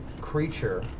creature